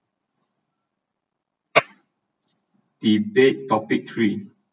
debate topic three